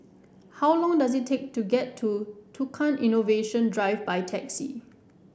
how long does it take to get to Tukang Innovation Drive by taxi